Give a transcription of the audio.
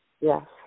Yes